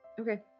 Okay